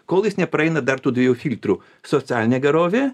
kol jis nepraeina dar tų dviejų filtrų socialinė gerovė